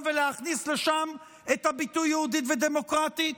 ולהכניס לשם את הביטוי "יהודית ודמוקרטית"?